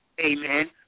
Amen